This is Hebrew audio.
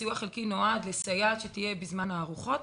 הסיוע החלקי נועד לסייעת שתהיה בזמן הארוחות.